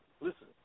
listen